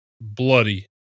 bloody